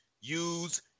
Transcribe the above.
use